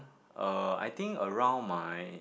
uh I think around my